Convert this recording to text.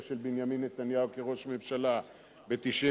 של בנימין נתניהו כראש ממשלה ב-1998,